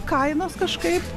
kainos kažkaip